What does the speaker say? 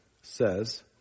says